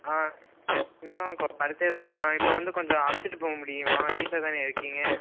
ஆ இன்னும் கொ படுத்தே தான் இருக்கான் இப்போ வந்து கொஞ்சம் அழச்சுட்டு போக முடியுமா வீட்டில் தானே இருக்கீங்க